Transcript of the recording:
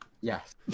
Yes